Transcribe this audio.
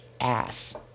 ass